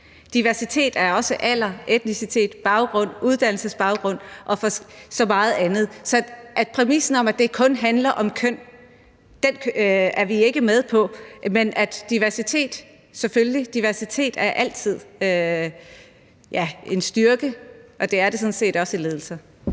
Diversitet er også alder, etnicitet, baggrund, uddannelsesbaggrund og meget andet. Så præmissen om, at det kun handler om køn, er vi ikke med på, men diversitet er selvfølgelig altid en styrke, og det er det sådan set også i ledelser.